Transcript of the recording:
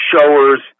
showers